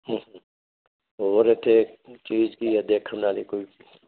ਹੋਰ ਇੱਥੇ ਕੀ ਚੀਜ਼ ਆ ਦੇਖਣ ਵਾਲੀ ਕੋਈ